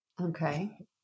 Okay